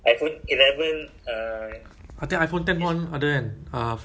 I think iphone ten pon ada kan uh face I_D